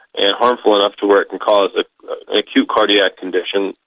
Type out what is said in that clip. and harmful enough to where it can cause an acute cardiac condition,